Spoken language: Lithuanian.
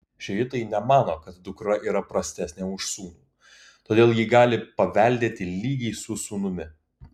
šiitai nemano kad dukra yra prastesnė už sūnų todėl ji gali paveldėti lygiai su sūnumi